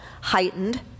heightened